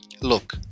Look